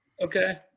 Okay